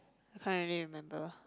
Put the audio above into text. I can't really remember